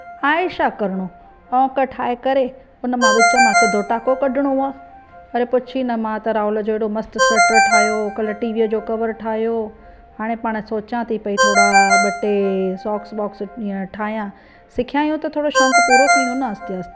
आहे छा करिणो ओंक ठाहे करे हुनमां विचमां सिधो टाको कढिणो आहे अड़े पुछु ई न मां त राहुल जो ऐॾो मस्त स्वेटर ठाहियो ऐं टीवी जो कवर ठाहियो पाण सोचां थी ॿ टे सॉक्स ठाहियां सिखियो आहे त शौक़ु पुरो कयूं न आहिस्ते आहिस्ते